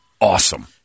awesome